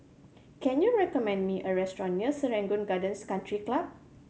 can you recommend me a restaurant near Serangoon Gardens Country Club